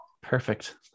perfect